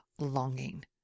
longing